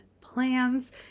plans